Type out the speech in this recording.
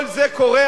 כל זה קורה,